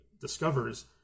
discovers